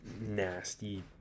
nasty